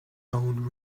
own